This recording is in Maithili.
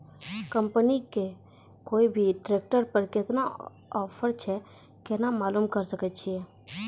कंपनी के कोय भी ट्रेक्टर पर केतना ऑफर छै केना मालूम करऽ सके छियै?